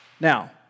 Now